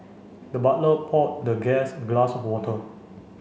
the butler poured the guest a glass of water